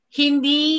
hindi